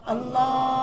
Allah